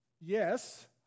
Yes